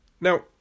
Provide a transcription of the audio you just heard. Now